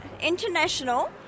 international